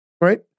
Right